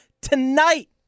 tonight